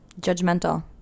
Judgmental